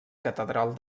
catedral